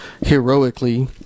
heroically